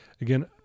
again